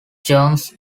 joins